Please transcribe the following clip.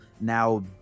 now